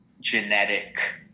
genetic